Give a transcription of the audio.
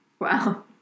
Wow